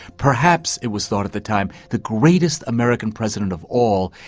perhaps it was thought at the time, the greatest american president of all,